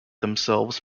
themselves